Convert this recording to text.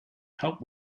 help